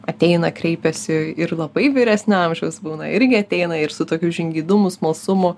ateina kreipiasi ir labai vyresnio amžiaus būna irgi ateina ir su tokiu žingeidumu smalsumu